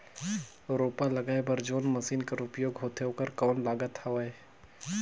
रोपा लगाय बर जोन मशीन कर उपयोग होथे ओकर कौन लागत हवय?